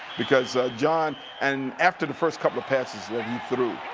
because john, and after the first couple of passes that he threw,